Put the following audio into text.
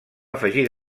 afegir